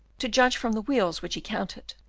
to judge from the weals which he counted,